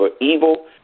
evil